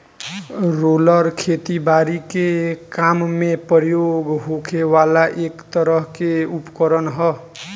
roller खेती बारी के काम में प्रयोग होखे वाला एक तरह के उपकरण ह